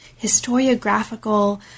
historiographical